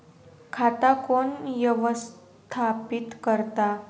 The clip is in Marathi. खाता कोण व्यवस्थापित करता?